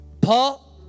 Paul